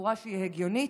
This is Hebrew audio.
בצורה שהיא הגיונית.